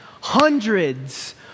hundreds